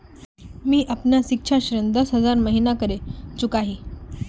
मी अपना सिक्षा ऋण दस हज़ार महिना करे चुकाही